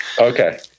Okay